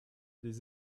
des